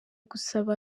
gusaba